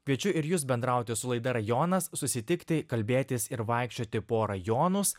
kviečiu ir jus bendrauti su laida rajonas susitikti kalbėtis ir vaikščioti po rajonus